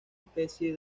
especie